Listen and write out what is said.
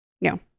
No